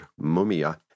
mumia